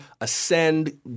ascend